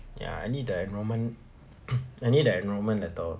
ya I need the enrolment I need the enrolment letter